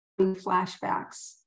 flashbacks